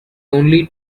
only